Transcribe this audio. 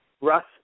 Russ